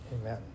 Amen